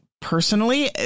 personally